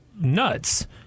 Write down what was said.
nuts